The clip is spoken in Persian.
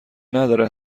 نداره